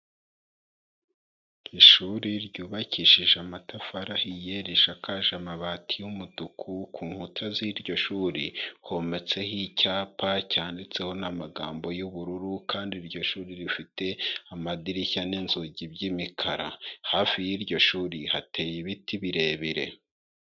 Ishuri ryubakishije amatafari ahiye, rishakaje amabati y'umutuku, ku nkuta z'iryo shuri hometseho icyapa cyanditseho n'amagambo y'ubururu, kandi iryo shuri rifite amadirishya n'inzugi by'imikara, hafi y'iryo shuri hateye ibiti birebire.